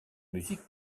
musique